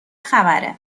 خبره